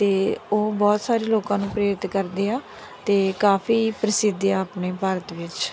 ਅਤੇ ਉਹ ਬਹੁਤ ਸਾਰੇ ਲੋਕਾਂ ਨੂੰ ਪ੍ਰੇਰਿਤ ਕਰਦੇ ਆ ਅਤੇ ਕਾਫੀ ਪ੍ਰਸਿੱਧ ਆ ਆਪਣੇ ਭਾਰਤ ਵਿੱਚ